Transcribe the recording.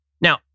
Now